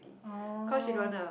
oh